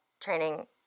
training